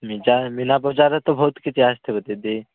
ନିଜା ମୀନାବଜାରରେ ତ ବହୁତ କିଛି ଆସିଥିବ ଦିଦି